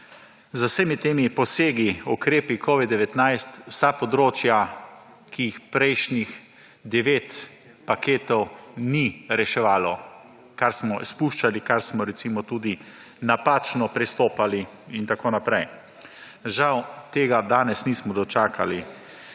z vsemi temi posegi, ukrepi COVID-19 vsa področja, ki jih prejšnjih 9 paketov ni reševalo, kar smo izpuščali, kar smo, recimo, tudi napačno pristopali in tako naprej. Žal tega danes nismo dočakali.